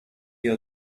your